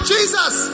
Jesus